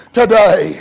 today